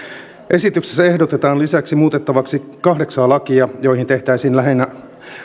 esityksessä ehdotetaan lisäksi muutettavaksi kahdeksaa lakia joihin tehtäisiin lähinnä